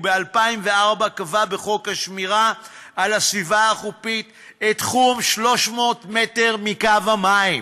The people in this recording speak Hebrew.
וב-2004 קבע בחוק שמירת הסביבה החופית את תחום 300 מטר מקו המים